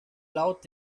laut